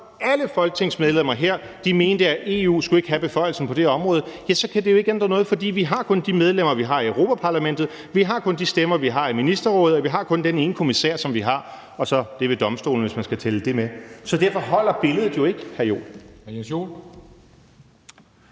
alle Folketingets medlemmer mente, at EU ikke skulle have beføjelserne på det her område, så kan det jo ikke ændre noget, for vi har kun de medlemmer, vi har, i Europa-Parlamentet; vi har kun de stemmer, vi har, i Ministerrådet; og vi har kun den ene kommissær, som vi har, og så er der domstolene, hvis man skal tælle dem med. Så derfor holder billedet jo ikke, hr. Jens